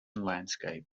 landscape